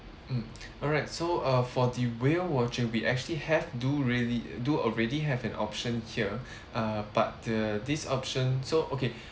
mm alright so uh for the whale watching we actually have do really do already have an option here uh but the this option so okay